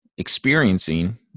experiencing